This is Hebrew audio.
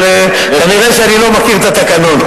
אבל כנראה שאני לא מכיר את התקנון.